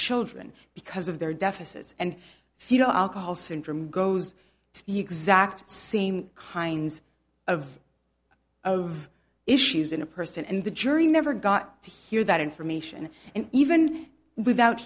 children because of their deficits and fetal alcohol syndrome goes to the exact same kinds of of issues in a person and the jury never got to hear that information and even without